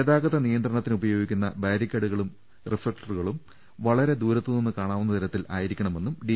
ഗതാഗത നിയന്ത്രണത്തിന് ഉപയോഗിക്കുന്ന ബാരിക്കേഡുകളും റിഫ്ളക്ടറുകളും വളരെ ദൂരത്തുനിന്ന് കാണാവുന്ന തരത്തിൽ ആയിരിക്കണമെന്നും ഡി